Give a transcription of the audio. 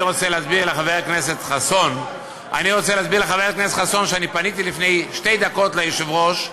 אני רוצה להסביר לחבר הכנסת חסון שאני פניתי לפני שתי דקות ליושב-ראש,